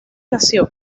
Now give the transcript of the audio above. nació